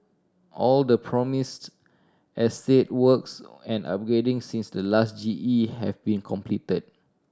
all the promised estate works and upgrading since the last G E have been completed